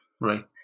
Right